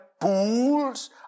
pools